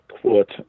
quote